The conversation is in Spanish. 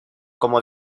como